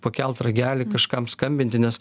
pakelt ragelį kažkam skambinti nes